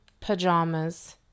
pajamas